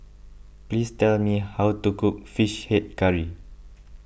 please tell me how to cook Fish Head Curry